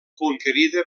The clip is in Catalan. conquerida